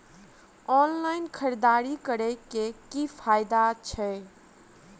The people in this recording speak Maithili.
ऑनलाइन खरीददारी करै केँ की फायदा छै?